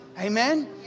Amen